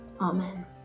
Amen